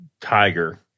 tiger